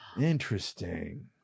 interesting